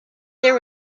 there